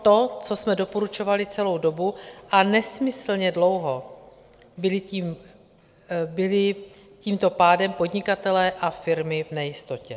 To, co jsme doporučovali celou dobu, a nesmyslně dlouho byli tímto pádem podnikatelé a firmy v nejistotě.